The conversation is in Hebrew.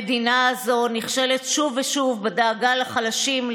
המדינה הזאת נכשלת שוב ושוב בדאגה לחלשים,